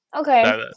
Okay